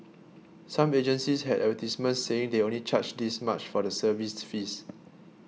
some agencies had advertisements saying they only charge this much for the service fees